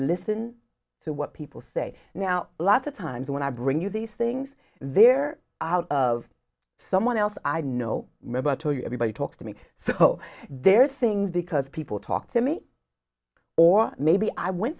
listen to what people say now a lot of times when i bring you these things they're out of someone else i know member to everybody talk to me so they're things because people talk to me or maybe i went